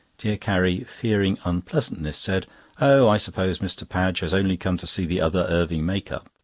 dear carrie, fearing unpleasantness, said oh! i suppose mr. padge has only come to see the other irving make-up.